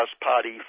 party